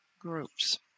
groups